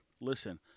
listen